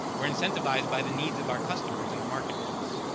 we're intensivized by the needs of our customers in the marketplace.